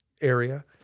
area